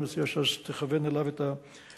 אני מציע שתכוון אליו את השאלה.